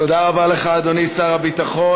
תודה רבה לך, אדוני שר הביטחון.